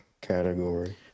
Category